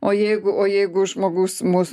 o jeigu o jeigu žmogus mus